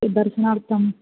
दर्शनार्थं